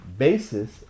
basis